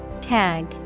Tag